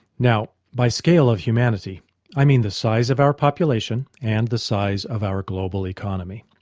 now by scale of humanity i mean the size of our population and the size of our global economy.